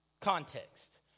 context